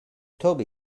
toby